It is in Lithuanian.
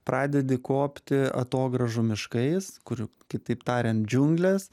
pradedi kopti atogrąžų miškais kurių kitaip tariant džiunglės